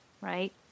Right